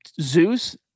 Zeus